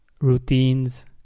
routines